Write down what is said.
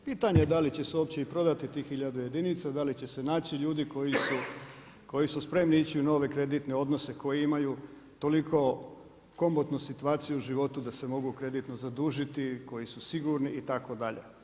Pitanje je da li će se uopće prodati tih hiljadu jedinica, da li će se naći ljudi koji su spremni ići u nove kreditne odnose, koji imaju toliko komotnu situaciju u životu da se mogu kreditno zadužiti, koji su sigurni itd.